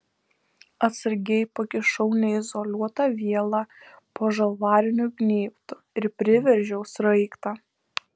atsargiai pakišau neizoliuotą vielą po žalvariniu gnybtu ir priveržiau sraigtą